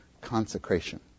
consecration